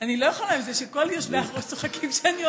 אני לא יכולה עם זה שכל יושבי-הראש צוחקים כשאני עולה.